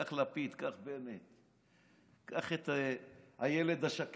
קח את לפיד, קח את בנט, קח את הילד השקט,